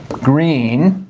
green,